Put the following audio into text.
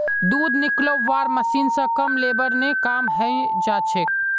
दूध निकलौव्वार मशीन स कम लेबर ने काम हैं जाछेक